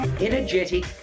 Energetic